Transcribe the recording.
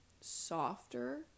softer